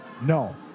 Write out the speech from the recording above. No